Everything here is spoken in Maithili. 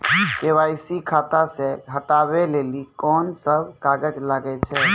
के.वाई.सी खाता से हटाबै लेली कोंन सब कागज लगे छै?